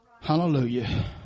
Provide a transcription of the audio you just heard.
Hallelujah